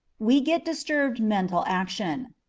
we get disturbed mental action.